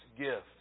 gift